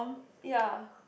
ya